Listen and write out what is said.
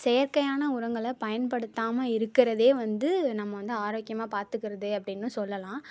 செயற்கையான உரங்களை பயன்படுத்தாமல் இருக்கிறதே வந்து நம்ம வந்து ஆரோக்கியமாக பார்த்துக்கறது அப்படின்னு சொல்லலாம்